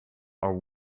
are